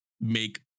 make